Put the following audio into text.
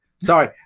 Sorry